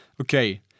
Okay